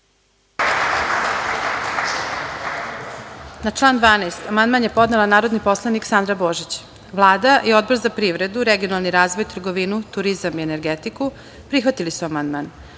Na član 12. amandman je podnela narodni poslanik Sandra Božić. Vlada i Odbor za privredu, regionalni razvoj, trgovinu, turizam i energetiku prihvatili su amandman. Odbor